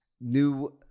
new